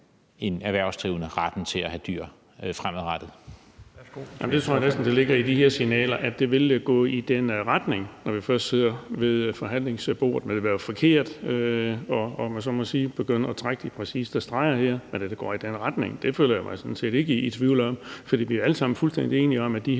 en erhvervsdrivende retten til at have dyr fremadrettet?